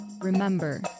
Remember